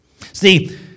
See